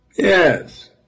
Yes